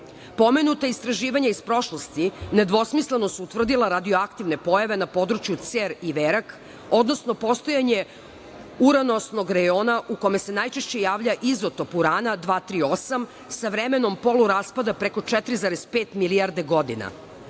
Pomenuta istraživanja iz prošlosti nedvosmisleno su utvrdila radioaktivne pojave na području Cer-Iverak, odnosno postojanje uranosnog rejona, u kome se najčešće javlja izotop uruna 238, sa vremenom poluraspada preko 4,5 milijarde godina.